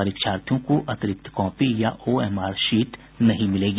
परीक्षार्थियों को अतिरिक्त कॉपी या ओएमआर शीट नहीं मिलेगी